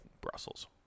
Brussels